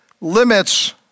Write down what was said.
Limits